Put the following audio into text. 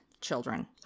children